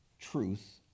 truth